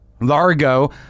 Largo